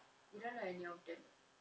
you don't know any of them right